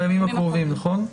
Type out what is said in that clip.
בימים הקרובים, נכון?